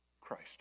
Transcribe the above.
Christ